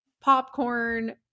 popcorn